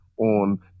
on